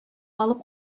алып